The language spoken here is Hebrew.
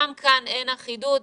גם כאן אין אחידות,